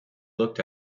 looked